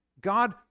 God